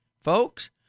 folks